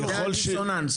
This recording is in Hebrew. זה הדיסוננס,